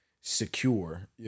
secure